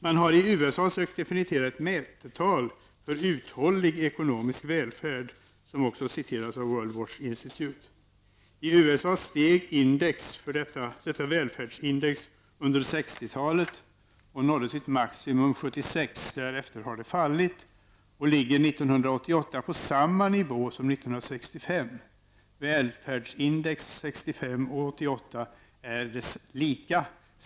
Man har i USA sökt definiera ett mättal för uthållig ekonomisk välfärd, vilket också framgår av World watch Institute's årsbok. I USA steg detta välfärdsindex under 60-talet och nådde sitt maximum 1976. Därefter har det sjunkit och låg 1988 på samma nivå som 1965.